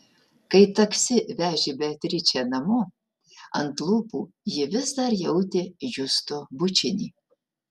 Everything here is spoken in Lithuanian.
kai taksi vežė beatričę namo ant lūpų ji vis dar jautė justo bučinį